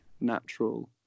natural